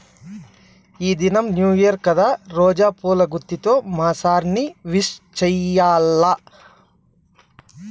ఈ దినం new year కదా రోజా పూల గుత్తితో మా సార్ ని విష్ చెయ్యాల్ల